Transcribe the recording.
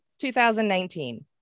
2019